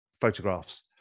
photographs